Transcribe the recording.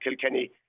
Kilkenny